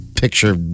picture